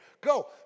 Go